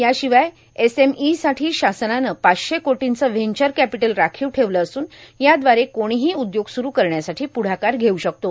याशिवाय एसएमईसाठी शासनानं पाचशे कोर्टाचे व्हचर कॅर्मपटल राखीव ठेवले असून यादवारे कोणीहां उदयोग सुरू करण्यासाठी पुढाकार घेऊ शकतो